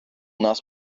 нас